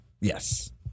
Yes